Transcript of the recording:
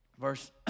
verse